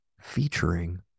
featuring